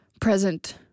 present